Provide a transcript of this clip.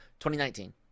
2019